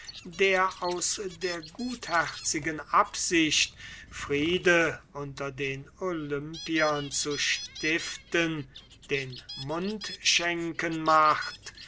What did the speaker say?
der aus der gutherzigen absicht friede unter den olympiern zu stiften den mundschenken macht